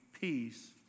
peace